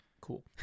cool